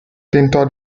tentò